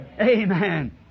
Amen